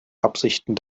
absichten